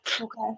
okay